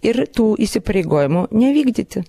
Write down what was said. ir tų įsipareigojimų nevykdyti